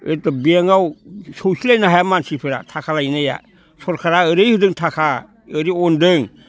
बेंकआव सौसिलायनो हाया मानसिफोरा थाखा लायनाया सोरखारा ओरै होदों थाखा ओरै अनदों